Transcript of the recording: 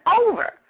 over